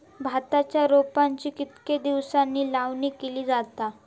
भाताच्या रोपांची कितके दिसांनी लावणी केली जाता?